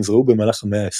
נזרעו במהלך המאה ה-20,